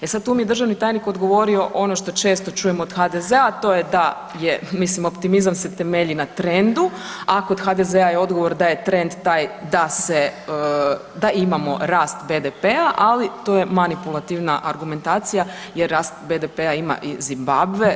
E sad tu mi je državni tajnik odgovorio ono što često čujem od HDZ-a, a to je da je mislim optimizam se temelji na trendu, a kod HDZ-a je odgovor da je trend taj da imamo rast BDP-a, ali to je manipulativna argumentacija jer rast BDP-a ima i Zimbabve.